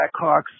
Blackhawks